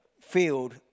field